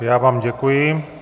Já vám děkuji.